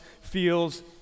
feels